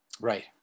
right